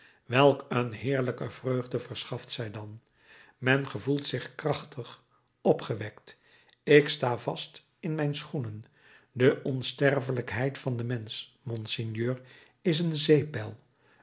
welk een heerlijke vreugde verschaft zij dan men gevoelt zich krachtig opgewekt ik sta vast in mijn schoenen de onsterfelijkheid van den mensch monseigneur is een zeepbel